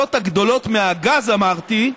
ההכנסות הגדולות מהגז, אמרתי,